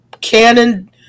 canon